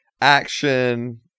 action